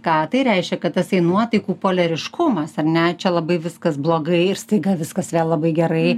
ką tai reiškia kad tasai nuotaikų poliariškumas ar ne čia labai viskas blogai ir staiga viskas vėl labai gerai